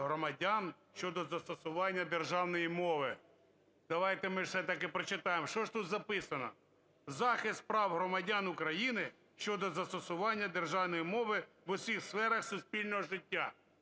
громадян щодо застосування державної мови. Давайте ми ж все-таки прочитаємо, що ж тут записано. "Захист прав громадян України щодо застосування державної мови в усіх сферах суспільного життя".